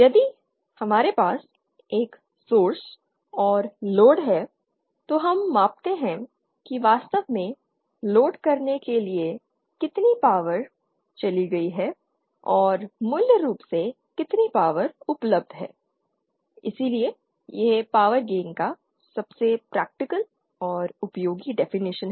यदि हमारे पास एक सोर्स और लोड है तो हम मापते हैं कि वास्तव में लोड करने के लिए कितनी पावर चली गई है और मूल रूप से कितनी पावर उपलब्ध है और इसीलिए यह पावर गेन का सबसे प्रैक्टिकल और उपयोगी डेफिनिशन है